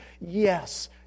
Yes